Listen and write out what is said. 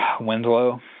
Winslow